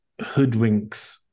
hoodwinks